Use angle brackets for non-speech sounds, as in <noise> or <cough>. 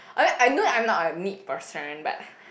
I mean I know I'm not a neat person but <breath>